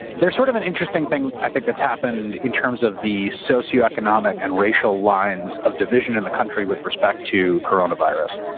there's sort of an interesting thing i think that's happened in terms of the socioeconomic and racial lines of division in the country with respect to coronavirus.